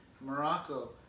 Morocco